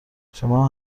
شمام